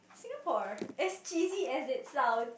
Singapore S_G_C as it sound